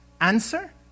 Answer